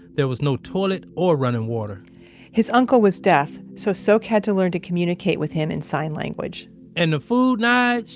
there was no toilet or running water his uncle was deaf. so, sok had to learn to communicate with him in sign language and the food, nyge,